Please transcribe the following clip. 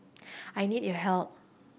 I need your help